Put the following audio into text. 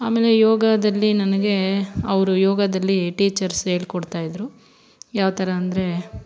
ಆಮೇಲೆ ಯೋಗಾದಲ್ಲಿ ನನಗೇ ಅವರು ಯೋಗದಲ್ಲಿ ಟೀಚರ್ಸ್ ಹೇಳ್ಕೊಡ್ತಾ ಇದ್ದರು ಯಾವ್ತರ ಅಂದರೇ